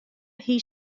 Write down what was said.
hie